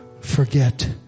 forget